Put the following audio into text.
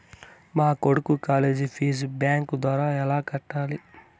మా కొడుకు college fees bank ద్వారా ఎలా కట్టాలి?